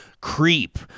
Creep